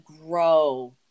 grow